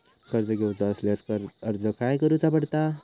कर्ज घेऊचा असल्यास अर्ज खाय करूचो पडता?